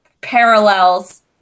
parallels